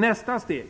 Nästa steg,